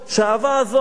שהאהבה הזאת,